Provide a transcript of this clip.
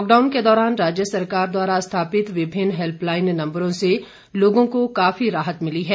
lockdown के दौरान राज्य सरकार द्वारा स्थापित विभिन्न हैल्पलाईन नम्बरों से लोगों को काफी राहत मिली है